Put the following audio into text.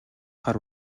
хар